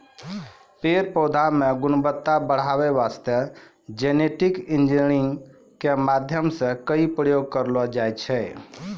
पेड़ पौधा मॅ गुणवत्ता बढ़ाय वास्तॅ जेनेटिक इंजीनियरिंग के माध्यम सॅ कई प्रयोग करलो जाय छै